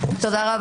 הישיבה